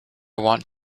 want